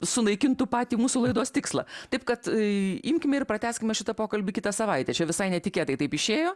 sunaikintų patį mūsų laidos tikslą taip kad imkime ir pratęskime šitą pokalbį kitą savaitę čia visai netikėtai taip išėjo